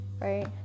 right